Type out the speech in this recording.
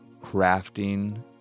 crafting